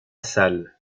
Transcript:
salle